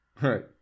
Right